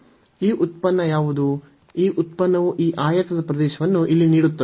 ಈ ಉತ್ಪನ್ನ ಯಾವುದು ಈ ಉತ್ಪನ್ನವು ಈ ಆಯತದ ಪ್ರದೇಶವನ್ನು ಇಲ್ಲಿ ನೀಡುತ್ತದೆ